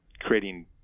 creating